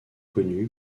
connu